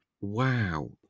wow